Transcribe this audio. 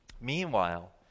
Meanwhile